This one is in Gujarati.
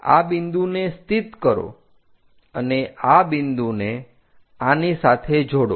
આ બિંદુને સ્થિત કરો અને આ બિંદુને આની સાથે જોડો